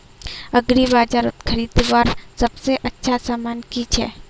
एग्रीबाजारोत खरीदवार सबसे अच्छा सामान की छे?